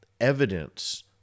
evidence